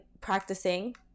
practicing